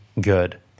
good